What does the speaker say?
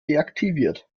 deaktiviert